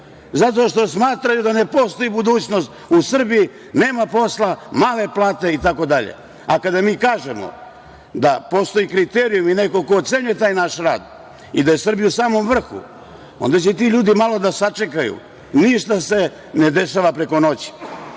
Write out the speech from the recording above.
Zato što smatraju da ne postoji budućnost u Srbiji, nema posla, male plate, itd. A kada mi kažemo da postoje kriterijumi, neko ko ocenjuje taj naš rad i da je Srbija u samom vrhu, onda će ti ljudi malo da sačekaju. Ništa se ne dešava preko